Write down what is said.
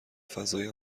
فضای